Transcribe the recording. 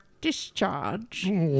discharge